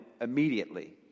immediately